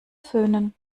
föhnen